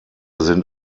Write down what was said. sind